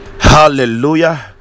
Hallelujah